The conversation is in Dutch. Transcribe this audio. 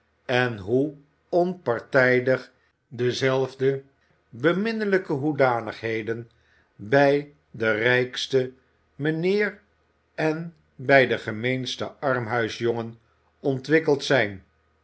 en hoe onpartijdig dezelfde beminnelijke hoedanigheden bij den rijksten mijnheer en bij den gemeensten armhuisjongen ontwikkeld zijn